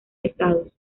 estados